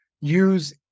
use